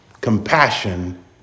Compassion